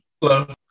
Hello